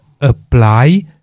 apply